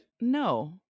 no